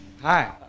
Hi